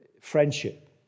Friendship